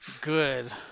good